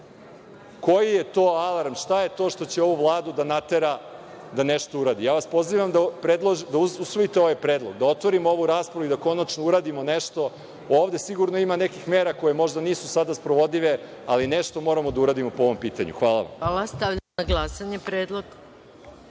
Koji je to alarm? Šta je to što će ovu Vladu da natera da nešto uradi? Pozivam vas da usvojite ovaj predlog, da otvorimo ovu raspravu i da konačno uradimo nešto. Ovde sigurno ima nekih mera koje možda nisu sada sprovodive, ali nešto moramo da uradimo po ovom pitanju. Hvala vam. **Maja Gojković** Hvala. Stavljam na glasanje